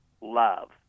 love